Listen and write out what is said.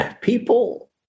people